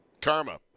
Karma